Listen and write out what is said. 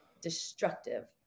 destructive